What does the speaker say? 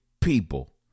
people